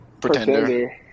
Pretender